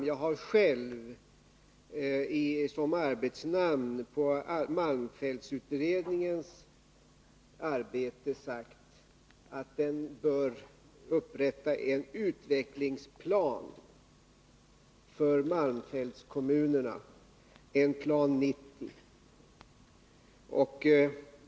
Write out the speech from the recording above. Jag har sagt att den s.k. malmfältsutredningen bör upprätta en utvecklingsplan för malmfältskommunerna, och jag har själv som arbetsnamn på den satt Plan 90.